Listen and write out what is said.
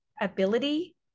ability